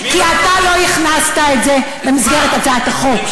כי אתה לא הכנסת את זה למסגרת הצעת החוק.